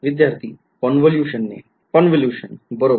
विध्यार्थी convolution convolution बरोबर